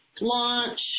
launch